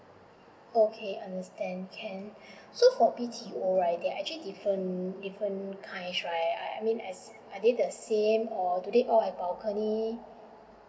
okay understand can so for B_T_O right they are actually different different kinds right I mean as are they the same or do they all have balcony